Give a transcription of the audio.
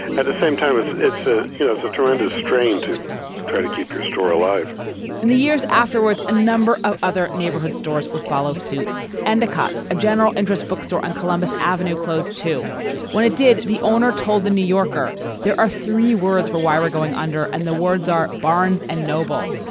at the same time, ah it was a tremendous strain to try to keep your store alive in the years afterwards, a number of other neighborhood stores would follow suit and boycotts, a general interest bookstore on columbus avenue close to when it did. the owner told the new yorker there are three words for why we're going under, and the words are barnes and noble.